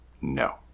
No